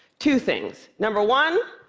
two things number one,